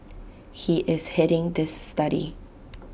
he is heading this study